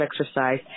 exercise